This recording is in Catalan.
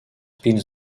pins